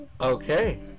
Okay